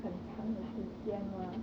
很长的时间 mah